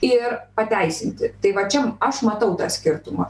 ir pateisinti tai va čia aš matau tą skirtumą